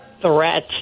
threat